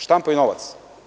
Štampaju novac.